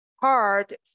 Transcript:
Hard